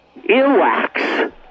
earwax